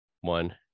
one